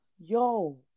yo